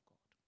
God